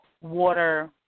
water